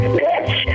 bitch